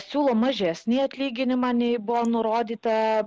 siūlo mažesnį atlyginimą nei buvo nurodyta